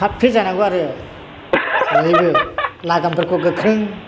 फ्राद फ्रिद जानांगौ आरो जेरैबो लागामफोरखौ गोख्रों